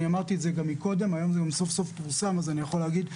אמרתי את זה גם מקודם והיום זה גם סוף סוף פורסם אז אני יכול להגיד,